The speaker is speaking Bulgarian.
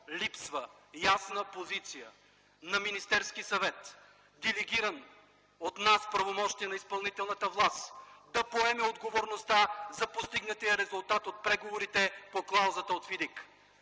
липсва ясна позиция на Министерския съвет, делегиран от нас с правомощия на изпълнителната власт, да поеме отговорността за постигнатия резултат от преговорите по клаузата от ФИДИК?